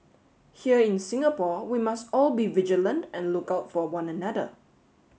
here in Singapore we must all be vigilant and look out for one another